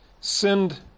send